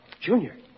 Junior